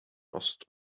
ost